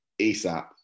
ASAP